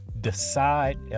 decide